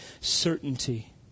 certainty